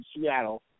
Seattle